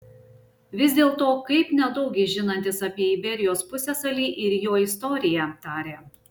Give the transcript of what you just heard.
vis dėlto kaip nedaug jis žinantis apie iberijos pusiasalį ir jo istoriją tarė